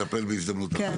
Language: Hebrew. בזה נטפל בהזדמנות אחרת.